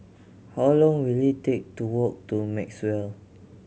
how long will it take to walk to Maxwell